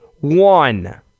one